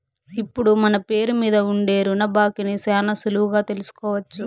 ఇప్పుడు మన పేరు మీద ఉండే రుణ బాకీని శానా సులువుగా తెలుసుకోవచ్చు